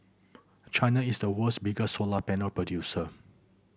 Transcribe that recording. China is the world's biggest solar panel producer